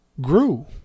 grew